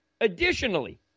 Additionally